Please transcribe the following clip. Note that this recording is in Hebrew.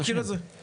לא מכיר את זה.